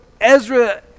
Ezra